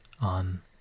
on